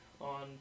On